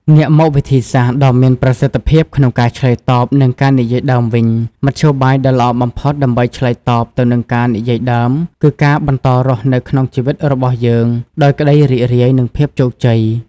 ងាកមកវិធីសាស្រ្តដ៏មានប្រសិទ្ធភាពក្នុងការឆ្លើយតបនឹងការនិយាយដើមវិញ មធ្យោបាយដ៏ល្អបំផុតដើម្បីឆ្លើយតបទៅនឹងការនិយាយដើម គឺការបន្តរស់នៅក្នុងជីវិតរបស់យើងដោយក្ដីរីករាយ និងភាពជោគជ័យ។